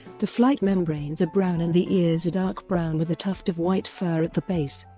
the flight membranes are brown and the ears are dark brown with a tuft of white fur at the base.